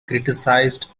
criticized